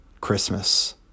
Christmas